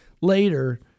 later